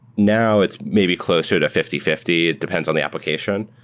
now, it's maybe closer to fifty fifty. it depends on the application.